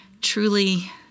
truly